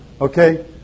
Okay